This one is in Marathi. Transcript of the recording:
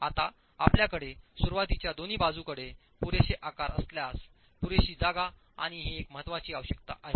आता आपल्याकडे सुरुवातीच्या दोन्ही बाजूंकडे पुरेसे आकार असल्यास पुरेशी जागा आणि ही एक महत्त्वाची आवश्यकता आहे